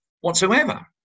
whatsoever